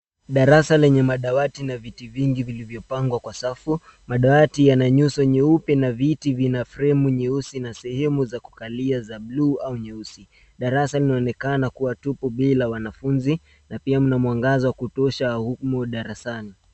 Darasa lenye madawati na viti vingi vilivyopangwa kwa safu. Madawati yana nyuso nyeupe na viti vina fremu nyeusi na sehemu za kukalia za buluu au nyeusi. Darasa linaonekana kuwa tupu bila wanafuzi, na pia mna mwangaza wa kutosha humu darasani.